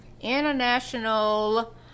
international